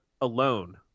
alone